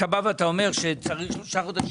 אתה אומר שצריך 3 חודשים.